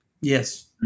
Yes